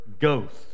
ghost